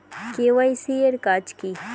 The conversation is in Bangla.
কে.ওয়াই.সি এর কাজ কি?